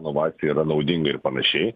novacija yra naudinga ir panašiai